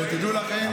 שתדעו לכם,